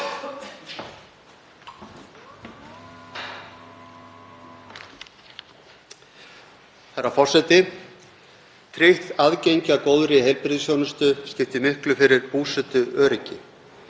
Herra forseti. Tryggt aðgengi að góðri heilbrigðisþjónustu skiptir miklu fyrir búsetuöryggi.